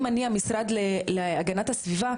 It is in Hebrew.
אם אני המשרד להגנת הסביבה,